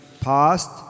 past